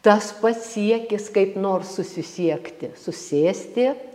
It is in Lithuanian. tas pats siekis kaip nors susisiekti susėsti